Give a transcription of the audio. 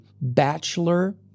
bachelor